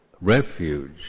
refuge